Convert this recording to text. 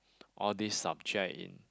all this subject in